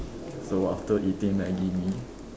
so after eating maggi mee